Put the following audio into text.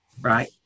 Right